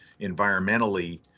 environmentally